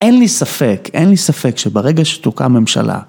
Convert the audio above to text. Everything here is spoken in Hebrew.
אין לי ספק, אין לי ספק שברגע שתוקם ממשלה...